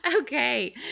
Okay